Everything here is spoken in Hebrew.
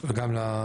כן.